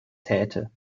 täte